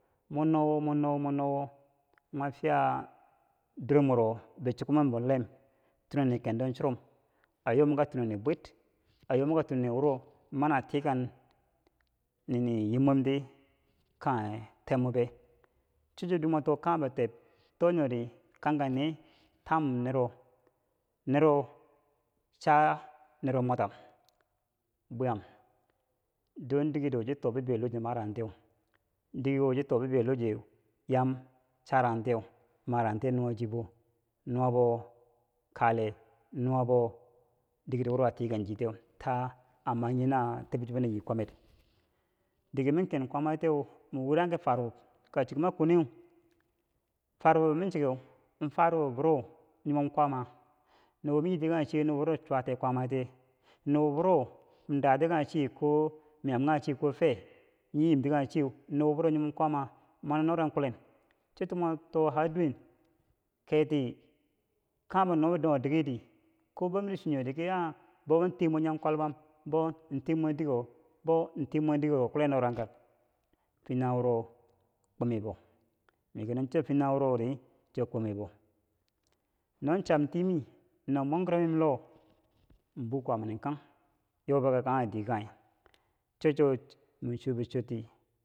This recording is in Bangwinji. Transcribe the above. mo nowo mo no wo mo wo fiya dor mwero bichukum mwembo lem tunani kenko a churom a yo mwen ka tunani bwit a yo mwen ka tunani wuro mani a tikan nini yimwemti kanghe tebmwe be, cho chwo duwen mwa to kanghembo teb to nyori kanga nereko tam nero nero cha- nero mwatam buyam don digedo chi too bib- yo lohchi marangtiyeu, dikewo chito bi bibeilochi yam charangtiyeu marangtiyeu nuwa chibo nuwabo kale nuwabo dikero wuro atikang chi tiyeu ta, amannyi na teb chebo nayi kwamer dike mi ken kwaama tiyeu, man wiranghi ki ka chiko ma kweneu, farubo ma chike in farumbo biro nyimon kwaama nubo ma yiti kanghe chiye nubo biro chitai kwaama tiye nubo buro ma dati kanghe chiye ko- mayam kanghe chiye ko fe? dad kanghe chiye ko chwatai kwaama mani norang kulle cho- cho mo too har duweni keti kanghembo no ki no ko maki chutire ki o- ohg bau tiyen mwen nyom kwalbam bou in ten mwen dikewo bou tiyen mwen dikerwo kulen noran kar fyentanghe woro kwonyebo no chan tii mi nnom mwengerom mim Loh man bukwaama ni kanghe yoyebo kanghe dike kanghe chocho micho bichoti.